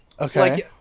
Okay